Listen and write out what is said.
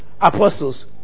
apostles